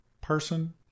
person